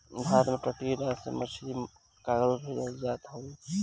भारत के तटीय राज से मछरी कार्गो से भेजल जात हवे